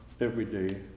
everyday